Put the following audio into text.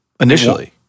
initially